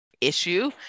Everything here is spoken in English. issue